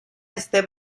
este